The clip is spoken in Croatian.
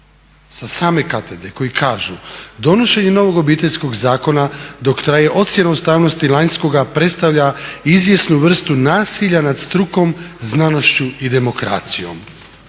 sa same katedre koji kažu: "Donošenje novog Obiteljskog zakona dok traje ocjena ustavnosti lanjskoga predstavlja izvjesnu vrstu nasilja nad strukom, znanošću i demokracijom."